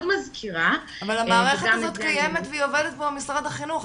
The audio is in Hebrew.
אבל המערכת הזאת קיימת ועובדת כבר במשרד החינוך,